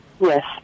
Yes